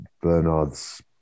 Bernard's